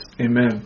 amen